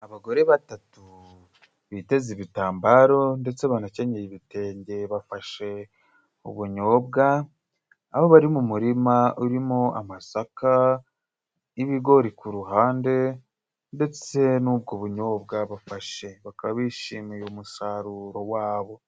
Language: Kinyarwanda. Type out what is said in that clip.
Abagore batatu biteze ibitambaro ndetse banakenyeye ibitenge bafashe ubunyobwa. Abo, bari mu murima urimo amasaka n'ibigori ku ruhande ndetse n'ubwo bunyobwa bafashe, bakaba bishimiye umusaruro wabo.